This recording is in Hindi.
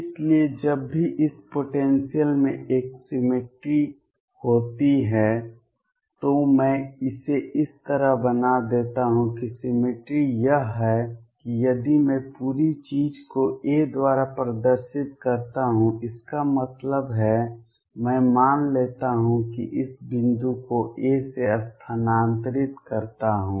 इसलिए जब भी इस पोटेंसियल में एक सिमिट्री होती है तो मैं इसे इस तरह बना देता हूं कि सिमिट्री यह है कि यदि मैं पूरी चीज को a द्वारा प्रदर्शित करता हूं इसका मतलब है मैं मान लेता हूं कि इस बिंदु को a से स्थानांतरित करता हूं